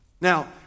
Now